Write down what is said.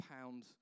pound